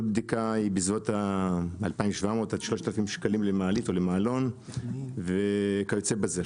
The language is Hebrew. כל בדיקה היא 2,700-3,000 שקלים למעלית או למעלון וכיוצא בזה.